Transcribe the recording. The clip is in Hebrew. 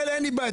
אין לי בעיה,